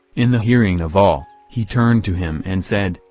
in the hearing of all, he turned to him and said,